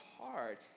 hard